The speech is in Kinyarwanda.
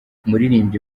umuririmbyi